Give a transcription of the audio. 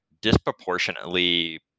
disproportionately